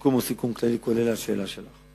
הסיכום הוא כללי, כולל השאלה שלך.